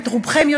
את רובכם,